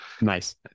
nice